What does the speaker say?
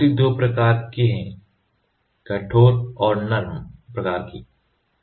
epoxy दो प्रकार के हैं कठोर और नरम प्रकार है